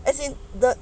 as in the